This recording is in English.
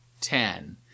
ten